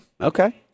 Okay